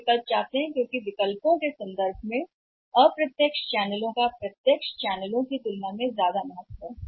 और वे चाहते हैं कि विकल्पों की कहने की आवश्यकता के कारण अप्रत्यक्ष विकल्प हों प्रत्यक्ष चैनलों के बजाय चैनलों का अधिक मूल्य है